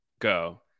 go